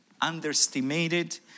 underestimated